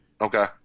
Okay